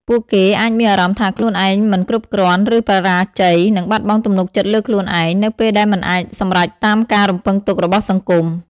ពួកគេអាចមានអារម្មណ៍ថាខ្លួនឯងមិនគ្រប់គ្រាន់ ឬបរាជ័យ និងបាត់បង់ទំនុកចិត្តលើខ្លួនឯង នៅពេលដែលមិនអាចសម្រេចតាមការរំពឹងទុករបស់សង្គម ។